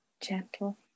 gentle